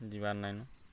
ଯିବାର୍ ନାଇନ